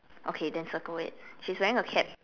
okay then circle it she's wearing a cap